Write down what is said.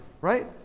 right